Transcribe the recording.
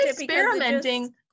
experimenting